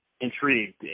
intrigued